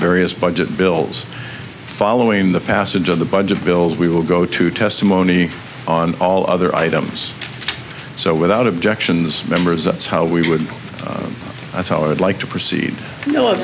various budget bills following the passage of the budget bills we will go to testimony on all other items so without objections members it's how we would that's how i would like to proceed you know